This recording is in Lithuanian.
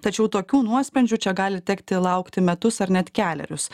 tačiau tokių nuosprendžių čia gali tekti laukti metus ar net kelerius